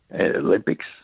Olympics